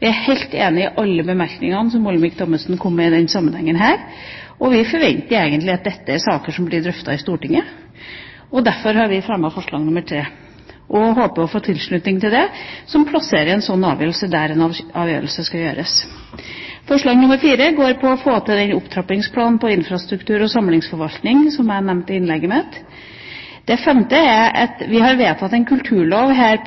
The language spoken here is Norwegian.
Vi er helt enig i alle bemerkningene som Olemic Thommessen kom med i denne sammenheng. Vi forventer at dette er saker som blir drøftet i Stortinget, og derfor har vi fremmet forslag nr. 3 og håper å få tilslutning til det, som plasserer en slik avgjørelse der en avgjørelse skal tas. Forslag nr. 4 går på å få til den opptrappingsplanen på infrastruktur og samlingsforvaltning som jeg nevnte i innlegget mitt. Det femte forslaget går på at vi har vedtatt en kulturlov her